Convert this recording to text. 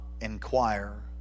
inquire